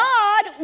God